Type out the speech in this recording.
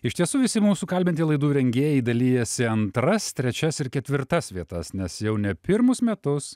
iš tiesų visi mūsų kalbinti laidų rengėjai dalijasi antras trečias ir ketvirtas vietas nes jau ne pirmus metus